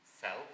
self